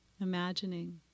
imagining